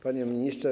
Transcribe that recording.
Panie Ministrze!